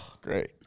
Great